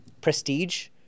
prestige